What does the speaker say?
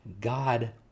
God